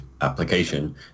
application